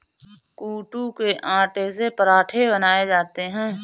कूटू के आटे से पराठे बनाये जाते है